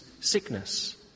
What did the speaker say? sickness